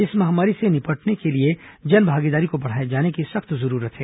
इस महामारी से निपटने के लिए जनभागीदारी को बढ़ाए जाने की सख्त जरूरत है